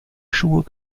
schuhe